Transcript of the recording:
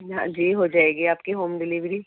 ہاں جی ہو جائے گی آپ کی ہوم ڈلیوری